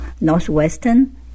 Northwestern